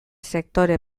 sektore